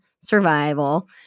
survival